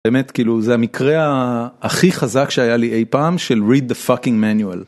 באמת כאילו זה המקרה הכי חזק שהיה לי אי פעם של Read The Fucking Manual